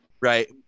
right